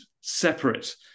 separate